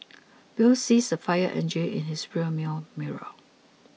bill sees a fire engine in his rear view mirror